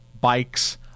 bikes